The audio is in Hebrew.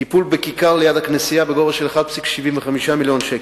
טיפול בכיכר ליד הכנסייה בגובה של 1.75 מיליון שקל.